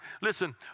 Listen